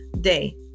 day